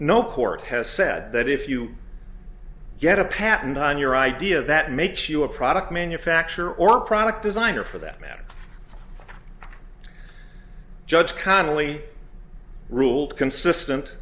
no court has said that if you get a patent on your idea that makes you a product manufacture or product design or for that matter judge connelly ruled consistent